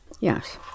Yes